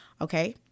Okay